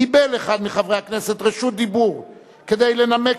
קיבל אחד מחברי הכנסת רשות דיבור כדי לנמק